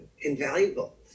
invaluable